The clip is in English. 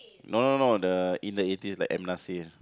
no no no the in the eighties like M Nasir